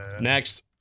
Next